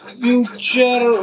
future